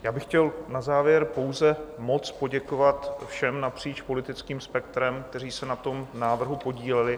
Já bych chtěl na závěr pouze moc poděkovat všem napříč politickým spektrem, kteří se na tom návrhu podíleli.